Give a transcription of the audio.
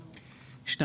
(2)